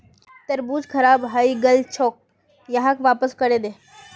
तरबूज खराब हइ गेल छोक, यहाक वापस करे दे